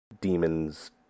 Demon's